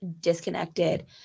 disconnected